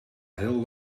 heel